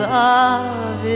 love